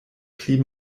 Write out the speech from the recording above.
pli